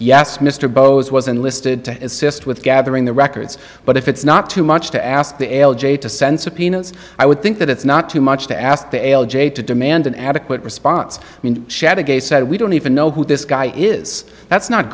yes mr bowser was enlisted to assist with gathering the records but if it's not too much to ask the l j to send subpoenas i would think that it's not too much to ask the l j to demand an adequate response shadowgate said we don't even know who this guy is that's not